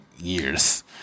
years